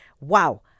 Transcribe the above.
Wow